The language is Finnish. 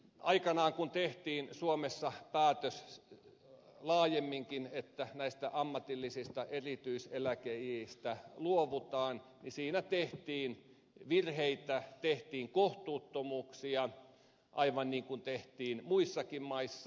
aikanaan kun suomessa tehtiin päätös laajemminkin että näistä ammatillisista erityiseläkeiistä luovutaan siinä tehtiin virheitä tehtiin kohtuuttomuuksia aivan niin kuin tehtiin muissakin maissa